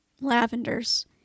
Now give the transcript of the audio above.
Lavenders